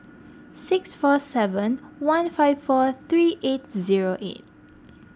six four seven one five four three eight zero eight